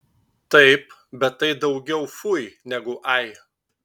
taip bet tai daugiau fui negu ai